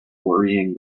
worrying